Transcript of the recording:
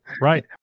right